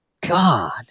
God